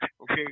Okay